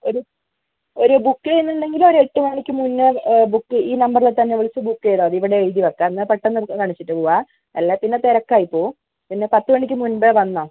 ഒരു ഒരു ബുക്ക് ചെയ്യുന്നുണ്ടെങ്കിൽ ഒരു എട്ടുമണിക്ക് മുന്നേ ബുക്ക് ഈ നമ്പറിൽ തന്നെ വിളിച്ചു ബുക്ക് ചെയ്താൽ മതി ഇവിടെ എഴുതിവെക്കാം എന്നാൽ പെട്ടെന്ന് നമുക്ക് കാണിച്ചിട്ട് പോകാം അല്ലെങ്കിൽ പിന്നെ തിരക്കായിപ്പോകും പിന്നെ പത്തുമണിക്ക് മുൻപേ വന്നോളു